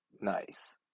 Nice